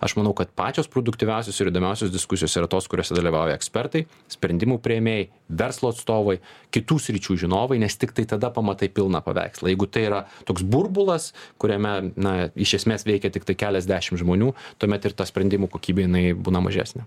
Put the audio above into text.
aš manau kad pačios produktyviausios ir įdomiausios diskusijos yra tos kuriose dalyvauja ekspertai sprendimų priėmėjai verslo atstovai kitų sričių žinovai nes tiktai tada pamatai pilną paveikslą jeigu tai yra toks burbulas kuriame na iš esmės veikia tiktai keliasdešimt žmonių tuomet ir ta sprendimų kokybė jinai būna mažesnė